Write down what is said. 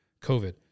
COVID